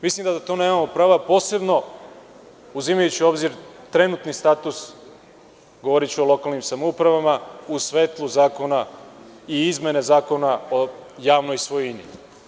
Mislim da za to nemamo prava, posebno uzimajući u obzir trenutni status, govoriću o lokalnim samoupravama, u svetlu zakona i izmene Zakona o javnoj svojini.